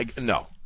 No